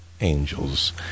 angels